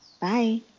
Bye